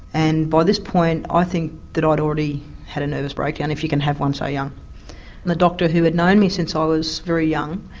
and by this point i think that i'd already had a nervous breakdown if you can have one so young and the doctor who had known me since i was very young,